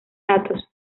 datos